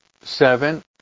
seven